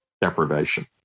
deprivation